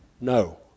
no